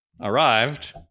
arrived